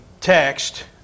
text